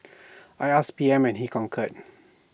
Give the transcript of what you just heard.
I asked P M and he concurred